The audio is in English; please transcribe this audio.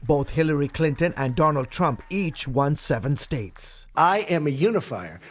both hillary clinton and donald trump each one seven states. i am a unifyer.